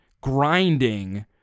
grinding